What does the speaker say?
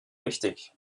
wichtig